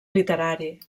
literari